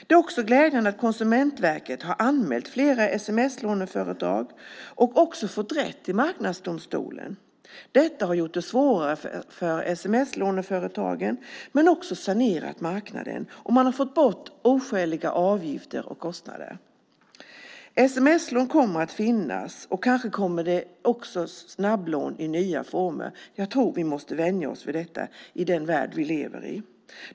Det är också glädjande att Konsumentverket har anmält flera sms-låneföretag och också fått rätt i Marknadsdomstolen. Detta har gjort det svårare för sms-låneföretagen och också sanerat marknaden. Man har fått bort oskäliga avgifter och kostnader. Sms-lån kommer att finnas, och kanske kommer det också snabblån i nya former. Jag tror att vi måste vänja oss vid detta i den värld vi lever i.